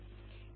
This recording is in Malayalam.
ഏകദേശം 0